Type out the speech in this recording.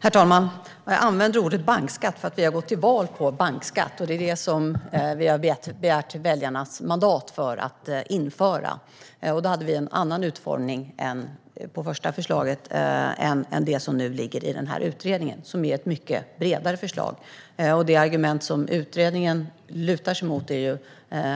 Herr talman! Jag använder ordet bankskatt för att vi har gått till val på bankskatt. Det är det vi har begärt väljarnas mandat för att införa. Vi hade en annan utformning i det första förslaget än det som finns i denna utredning och som är ett mycket bredare förslag. Det argument som utredningen lutar sig mot är